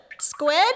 squid